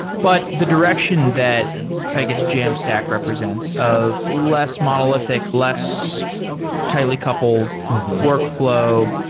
but the direction that i guess jamstack represents of less monolithic, less tightly coupled workfl ow.